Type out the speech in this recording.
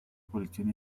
colección